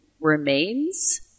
remains